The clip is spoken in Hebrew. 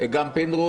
גם פינדרוס.